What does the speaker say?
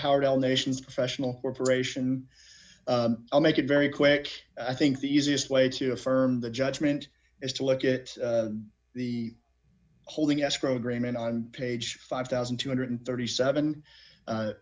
howard l nations professional corporation i make it very quick i think the easiest way to affirm the judgment is to look at the holding escrow agreement on page five thousand two hundred and thirty seven